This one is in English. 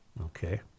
Okay